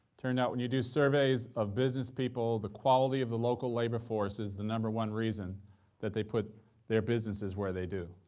turned out when you do surveys of business people, the quality of the local labor force is the number one reason that they put their businesses where they do.